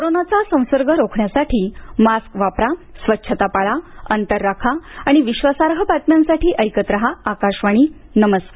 कोरोनाचा संसर्ग रोखण्यासाठी मास्क वापरा स्वच्छता पाळा अंतर राखा आणि विश्वासार्ह बातम्यांसाठी ऐकत रहा आकाशवाणी नमस्कार